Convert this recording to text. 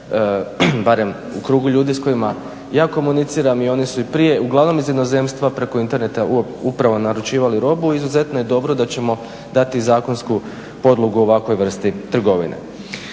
barem u krugu ljudi s kojima ja komuniciram i oni su i prije, uglavnom iz inozemstva, preko interneta upravo naručivali robu i izuzetno je dobro da ćemo dati zakonsku podlogu ovakvoj vrsti trgovine.